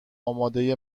امادهی